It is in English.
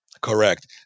correct